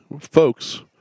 folks